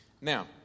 Now